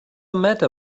matter